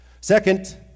Second